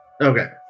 okay